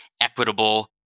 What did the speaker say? equitable